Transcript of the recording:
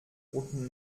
und